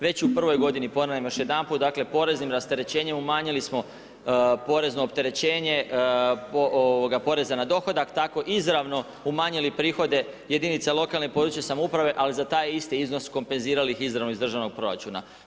Već u prvoj godini, ponavljam još jedanput, dakle poreznim rasterećenjem umanjili smo porezno opterećenje poreza na dohodak, tako izravno umanjili prihode jedinica lokalne i područne samouprave ali za taj isti iznos kompenzirali ih izravno iz državnog proračuna.